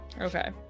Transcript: Okay